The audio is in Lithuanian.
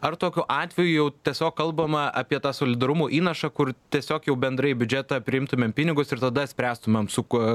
ar tokiu atveju jau tiesiog kalbama apie tą solidarumo įnašą kur tiesiog jau bendrai į biudžetą priimtumėm pinigus ir tada spręstumėm su kuo